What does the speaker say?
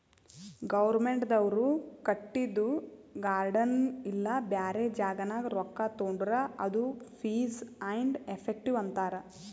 ಗೌರ್ಮೆಂಟ್ದವ್ರು ಕಟ್ಟಿದು ಗಾರ್ಡನ್ ಇಲ್ಲಾ ಬ್ಯಾರೆ ಜಾಗನಾಗ್ ರೊಕ್ಕಾ ತೊಂಡುರ್ ಅದು ಫೀಸ್ ಆ್ಯಂಡ್ ಎಫೆಕ್ಟಿವ್ ಅಂತಾರ್